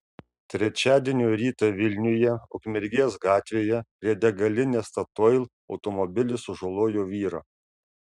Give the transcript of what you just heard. trečiadienio rytą vilniuje ukmergės gatvėje prie degalinės statoil automobilis sužalojo vyrą